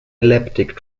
elliptic